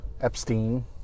Epstein